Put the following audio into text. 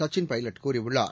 சச்சின் பைலட் கூறியுள்ளார்